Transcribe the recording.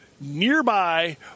nearby